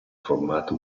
formato